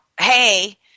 hey